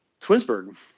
Twinsburg